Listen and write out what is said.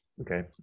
Okay